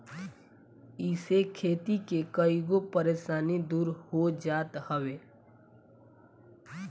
इसे खेती के कईगो परेशानी दूर हो जात हवे